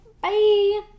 Bye